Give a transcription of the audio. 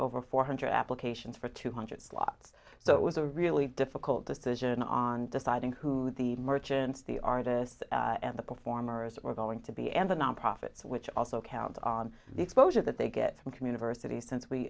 over four hundred applications for two hundred slots so it was a really difficult decision on deciding who the merchants the artist and the performers are going to be and the nonprofit which also count on the exposure that they get from commune of our city since we